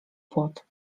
płot